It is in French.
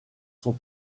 sont